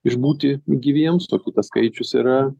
išbūti gyviems o kitas skaičius yra